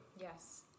Yes